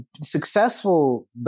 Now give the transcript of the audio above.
successful